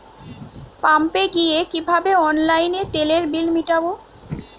পাম্পে গিয়ে কিভাবে অনলাইনে তেলের বিল মিটাব?